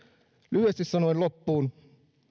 lyhyesti sanoen loppuun